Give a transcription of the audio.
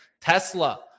Tesla